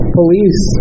police